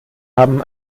haben